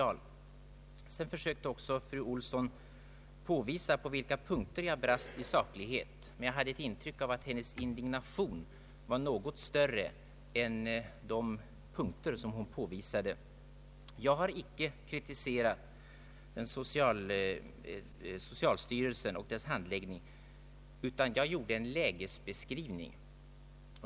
Fru Olsson försökte också påvisa på vilka punkter jag brast i saklighet. Men jag hade ett intryck av att hennes indignation över det jag sagt var något större än hennes förmåga att peka på de punkter där jag brast i saklighet. Jag kritiserade icke socialstyrelsen och dess handläggning av abortansökningar, utan jag gjorde en lägesbeskrivning.